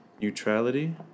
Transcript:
neutrality